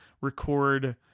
record